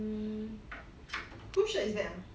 um who's shirt is that ah